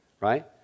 right